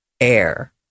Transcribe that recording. air